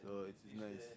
so it's nice